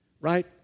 right